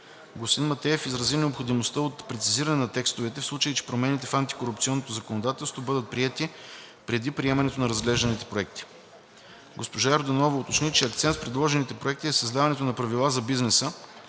Господин Матеев изрази необходимостта от прецизиране на текстовете, в случай че промените в антикорупционното законодателство бъдат прието преди приемането на разглежданите законопроекти. Госпожа Йорданова уточни, че акцент в предложените проекти е създаването на правила за бизнеса